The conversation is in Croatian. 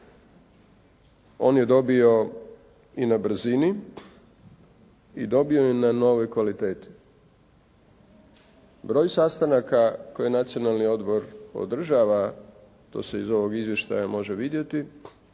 On je dobio i na brzini i dobio je na novoj kvaliteti. Broj sastanaka koje Nacionalni odbor održava to se iz ovog izvještaja može vidjeti,